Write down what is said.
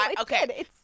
okay